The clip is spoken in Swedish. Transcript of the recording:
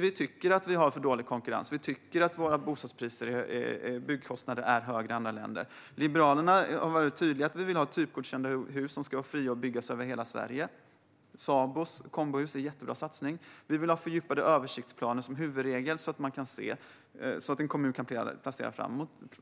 Vi tycker att vi har för dålig konkurrens. Vi tycker att våra byggkostnader är högre än i andra länder. Vi i Liberalerna har varit tydliga med att vi vill ha typgodkända hus som ska vara fria att byggas över hela Sverige. Sabos kombohus är en jättebra satsning. Vi vill ha fördjupade översiktsplaner som huvudregel så att en kommun kan planera